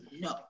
No